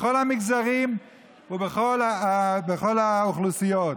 בכל המגזרים ובכל האוכלוסיות.